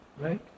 Right